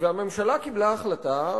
הממשלה קיבלה החלטה,